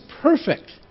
perfect